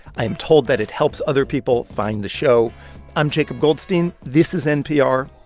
i'm told that it helps other people find the show i'm jacob goldstein. this is npr.